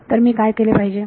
तर मी काय केले पाहिजे